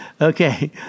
Okay